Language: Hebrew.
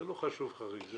זה לא חשוב חריג.